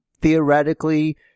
theoretically